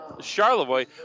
Charlevoix